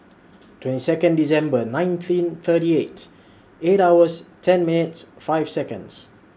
twenty Second December nineteen thirty eight eight hours ten minutes five Seconds